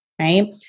Right